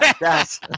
Yes